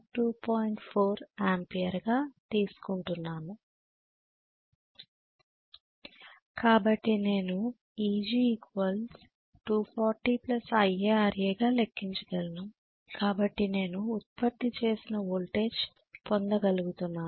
4 ampere గా తీస్కుంటున్నాను